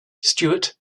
stewart